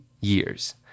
years